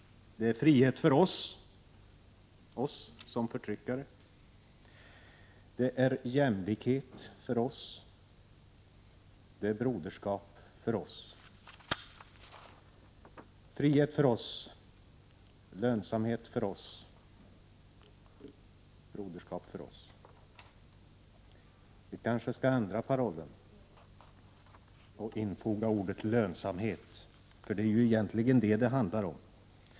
Det är en frihet för oss som förtryckare, det är jämlikhet för oss, och det är broderskap för oss. Vi kanske skall ändra parollen och tillfoga ordet lönsamhet för oss, för det är egentligen detta det handlar om.